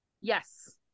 yes